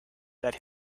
that